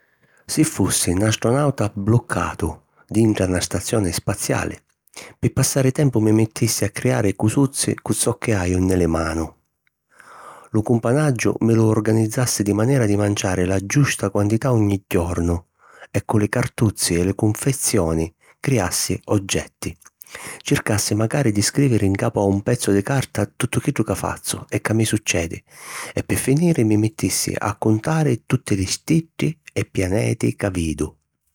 Si fussi 'n astronàuta bluccatu dintra na stazioni spaziali, pi passari tempu mi mittissi a criari cusuzzi cu zoccu haju nni li manu. Lu cumpanaggiu mi lu organizassi di manera di manciari la giusta quantità ogni jornu e cu li cartuzzi e li cunfezioni criassi oggetti. Circassi macari di scrìviri ncapu a un pezzu di carta tuttu chiddu ca fazzu e ca mi succedi e pi finiri mi mittissi a cuntari tutti li stiddi e pianeti ca vidu.